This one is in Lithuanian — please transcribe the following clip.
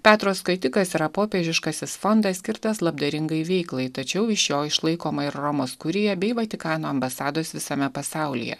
petro skatikas yra popiežiškasis fondas skirtas labdaringai veiklai tačiau iš jo išlaikoma ir romos kurija bei vatikano ambasados visame pasaulyje